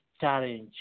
challenge